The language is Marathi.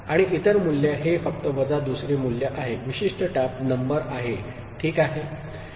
आणि इतर मूल्य हे फक्त वजा दुसरे मूल्य आहे विशिष्ट टॅप नंबर आहे ठीक